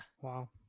wow